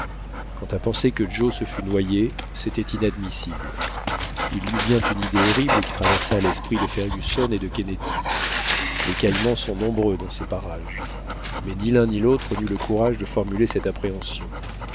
quant à penser que joe se fût noyé c'était inadmissible il y eut bien une idée horrible qui traversa l'esprit de fergusson et de kennedy les caïmans sont nombreux dans ces parages mais ni l'un ni l'autre n'eut le courage de formuler cette appréhension